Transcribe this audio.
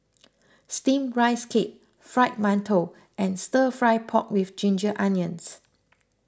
Steamed Rice Cake Fried Mantou and Stir Fried Pork with Ginger Onions